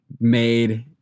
made